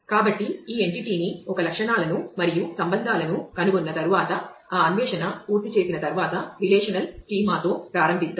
కాబట్టి ఈ ఎంటిటీని ఒక లక్షణాలను మరియు సంబంధాలను కనుగొన్న తరువాత ఈ అన్వేషణ పూర్తి చేసిన తరువాత రిలేషనల్ స్కీమా తో ప్రారంభిద్దాం